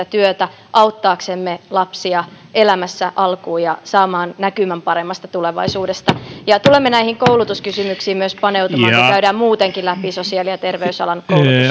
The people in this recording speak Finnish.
työtä auttaaksemme lapsia elämässä alkuun ja saamaan näkymän paremmasta tulevaisuudesta tulemme myös näihin koulutuskysymyksiin paneutumaan kun käydään muutenkin läpi sosiaali ja terveysalan